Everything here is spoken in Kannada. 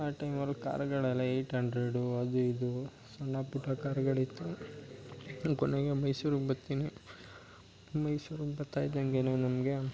ಆ ಟೈಮಲ್ಲಿ ಕಾರುಗಳೆಲ್ಲ ಏಯ್ಟ್ ಅಂಡ್ರೆಡು ಅದು ಇದು ಸಣ್ಣ ಪುಟ್ಟ ಕಾರುಗಳಿತ್ತು ಕೊನೆಗೆ ಮೈಸೂರಿಗೆ ಬತ್ತೀನಿ ಮೈಸೂರಿಗೆ ಬತ್ತಾ ಇದ್ದಂಗೇ ನನಗೆ